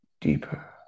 deeper